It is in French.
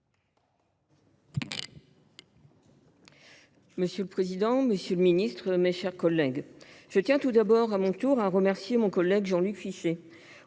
Monsieur le président, monsieur le ministre, mes chers collègues, je tiens à mon tour à remercier mon collègue Jean Luc Fichet,